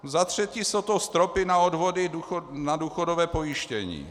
Za třetí jsou to stropy na odvody na důchodové pojištění.